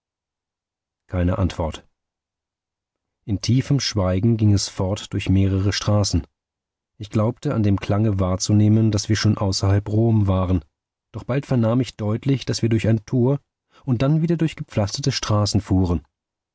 keine antwort in tiefem schweigen ging es fort durch mehrere straßen ich glaubte an dem klange wahrzunehmen daß wir schon außerhalb rom waren doch bald vernahm ich deutlich daß wir durch ein tor und dann wieder durch gepflasterte straßen fuhren